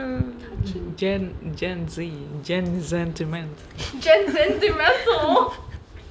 well gen gen Z gen zentiment